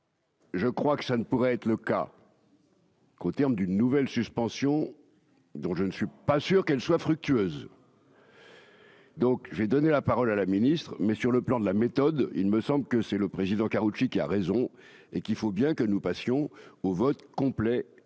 Je crois que ça ne pourrait être le cas. Au terme d'une nouvelle suspension dont je ne suis pas sûr qu'elle soit fructueuse. Donc j'ai donné la parole à la ministre, mais sur le plan de la méthode, il me semble que c'est le président Karoutchi qui a raison et qu'il faut bien que nous passions au vote complet si